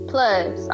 plus